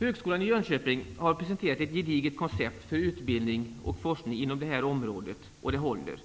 Högskolan i Jönköping har presenterat ett gediget koncept för utbildning och forskning inom det här området, och det håller.